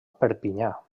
perpinyà